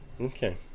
Okay